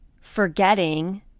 forgetting